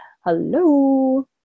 Hello